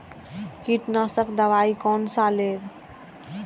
कीट नाशक दवाई कोन सा लेब?